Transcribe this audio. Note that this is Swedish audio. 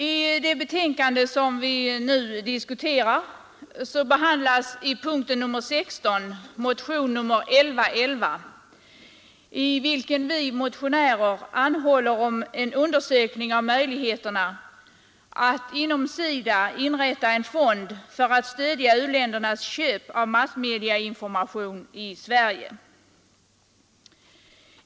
I det betänkande som vi nu diskuterar behandlas vid punkten 16 motionen 1111, i vilken vi motionärer anhåller om en undersökning av möjligheterna att inom SIDA inrätta en fond för att stödja u-ländernas köp av massmediainformation i Sverige.